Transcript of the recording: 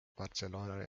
barcelona